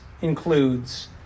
includes